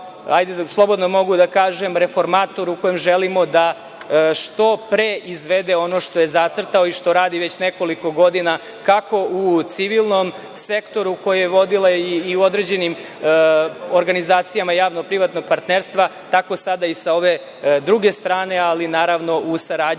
vama kao, slobodno mogu da kažem, reformatoru kojem želimo da što pre izvede ono što je zacrtao i što radi već nekoliko godina, kako u civilnom sektoru koji je vodila i u određenim organizacijama javnog privatnog partnerstva, tako sada i sa ove druge strane, ali naravno u saradnji